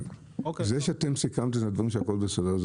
זה שאתם סיכמתם את הדברים שהכול בסדר זה